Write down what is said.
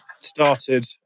started